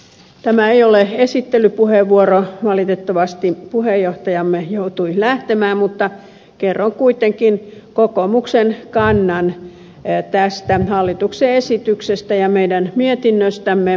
tämä ei ole esittelypuheenvuoro valitettavasti puheenjohtajamme joutui lähtemään mutta kerron kuitenkin kokoomuksen kannan tästä hallituksen esityksestä ja meidän mietinnöstämme